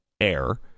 air